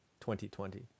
2020